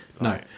No